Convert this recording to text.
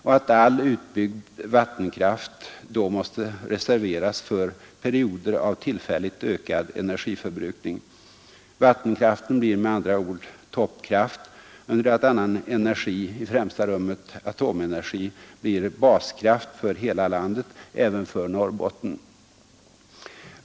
Och att all utbyggd vattenkraft då måste reserveras för perioder av tillfälligt ökad energiförbrukning. Vattenkraften blir med andra ord toppkraft, under det att annan energi, i främsta rummet atomenergi, blir baskraft för hela landet, även för Norrbotten.